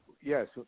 Yes